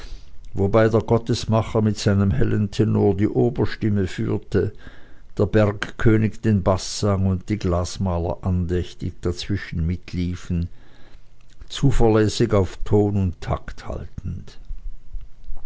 wobei der gottesmacher mit seinem hellen tenor die oberstimme führte der bergkönig den baß sang und die glasmaler andächtig dazwischen mitliefen zuverlässig auf ton und takt haltend